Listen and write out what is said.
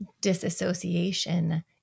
disassociation